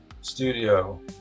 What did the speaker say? studio